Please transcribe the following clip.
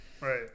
Right